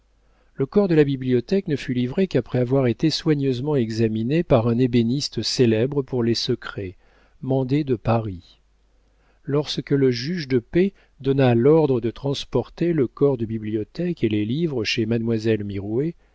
le corps de la bibliothèque ne fut livré qu'après avoir été soigneusement examiné par un ébéniste célèbre pour les secrets mandé de paris lorsque le juge de paix donna l'ordre de transporter le corps de bibliothèque et les livres chez mademoiselle